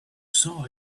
saw